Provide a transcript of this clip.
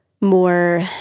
more